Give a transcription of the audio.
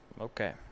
Okay